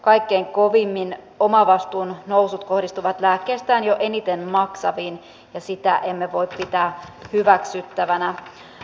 kaikkein kovimmin omavastuun nousut kohdistuvat lääkkeestään jo eniten maksaviin ja sitä emme voi pitää hyväksyttävänä